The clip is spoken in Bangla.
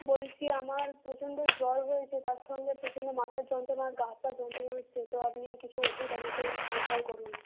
বলছি আমার প্রচণ্ড জ্বর হয়েছে তার সঙ্গে প্রচণ্ড মাথার যন্ত্রণা আর গা হাত পা যন্ত্রণা হচ্ছে তো আপনি কিছু ওষুধ আমাকে রেফার করুন